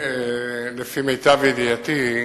לפי מיטב ידיעתי,